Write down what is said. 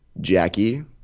Jackie